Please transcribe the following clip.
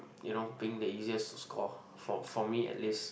you know being the easiest to score for for me at least